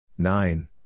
Nine